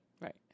right